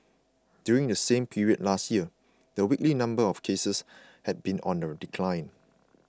during the same period last year the weekly number of cases had been under decline